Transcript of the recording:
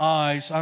eyes